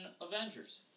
Avengers